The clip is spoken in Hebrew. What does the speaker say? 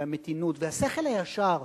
המתינות והשכל הישר,